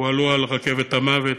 הועלו על רכבת המוות.